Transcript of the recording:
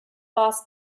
boss